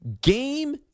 game